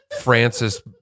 Francis